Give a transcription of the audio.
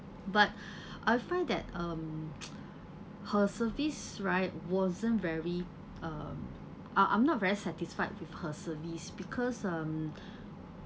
but I find that um her service right wasn't very um I I'm not very satisfied with her service because um